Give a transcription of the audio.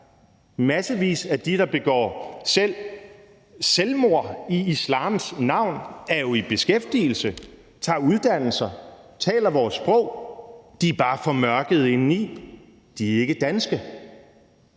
mange af dem, der begår selvmord i islams navn, er jo i beskæftigelse, tager uddannelser og taler vores sprog – de er bare formørkede indeni; de er ikke danske.